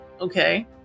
okay